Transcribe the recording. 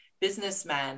businessmen